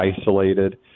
isolated